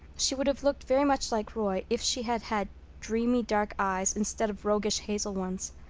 she would have looked very much like roy if she had had dreamy dark eyes instead of roguish hazel ones.